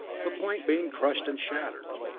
the point being crushed and shattered.